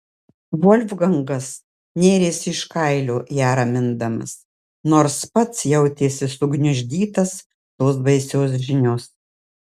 volfgangas nėrėsi iš kailio ją ramindamas nors pats jautėsi sugniuždytas tos baisios žinios